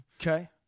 Okay